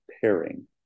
pairing